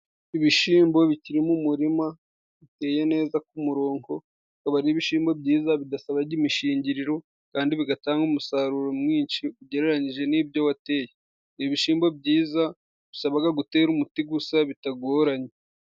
ibishimbo bikiri mu murima biteye neza ku murongo, bikaba ari ibishimo byiza bidasabaga imishingiriro, kandi bitangaga umusaruro mwinshi ugereranije n'ibyo wateye. Ni ibishimbo byiza usabwaga gutera umuti gusa bitagoranye.